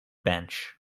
bench